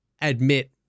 admit